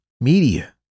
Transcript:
media